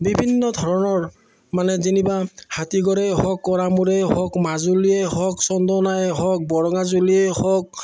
বিভিন্ন ধৰণৰ মানে যেনিবা হাতীঘৰেই হওক কৰামোৰে হওক মাজুলীয়ে হওক চন্দনাই হওক বৰঙাজুলিয়েই হওক